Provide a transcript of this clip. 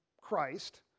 Christ